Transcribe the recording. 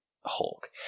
Hulk